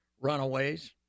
runaways